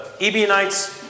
Ebionites